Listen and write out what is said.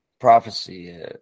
Prophecy